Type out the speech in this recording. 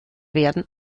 werden